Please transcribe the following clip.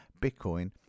bitcoin